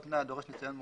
אם נכניס את זה לכאן,